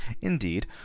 indeed